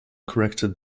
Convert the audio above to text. corrected